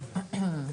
10:10 בבוקר.